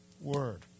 word